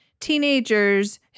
teenagers